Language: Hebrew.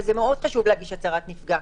וזה מאוד חשוב להגיש הצהרות נפגע.